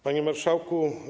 Panie Marszałku!